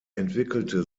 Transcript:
entwickelte